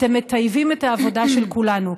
אתם מטייבים את העבודה של כולנו,